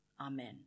Amen